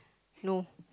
no